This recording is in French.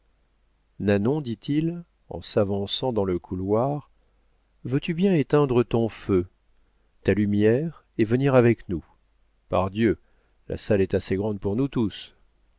nanon dit-il en s'avançant dans le couloir veux-tu bien éteindre ton feu ta lumière et venir avec nous pardieu la salle est assez grande pour nous tous